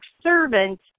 servant